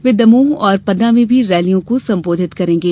वे दमोह और पन्ना में भी रैलियों को संबोधित करेंगे